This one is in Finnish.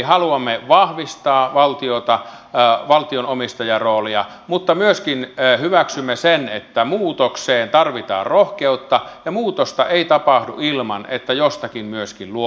haluamme vahvistaa valtion omistajaroolia mutta myöskin hyväksymme sen että muutokseen tarvitaan rohkeutta ja muutosta ei tapahdu ilman että jostakin myöskin luovutaan